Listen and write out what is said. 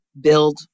build